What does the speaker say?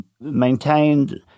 maintained